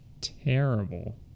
terrible